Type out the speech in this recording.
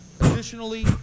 Additionally